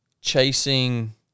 chasing